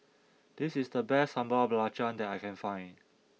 this is the best Sambal Belacan that I can find